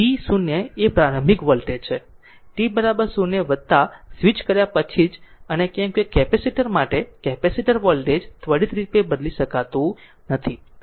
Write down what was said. તો v0 એ પ્રારંભિક વોલ્ટેજ છે t 0 સ્વિચ કર્યા પછી જ અને કેમકે કેપેસિટર માટે કેપેસિટર વોલ્ટેજ ત્વરિત બદલી શકતું નથી